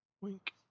Wink